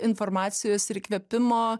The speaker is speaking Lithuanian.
informacijos ir įkvėpimo